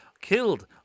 Killed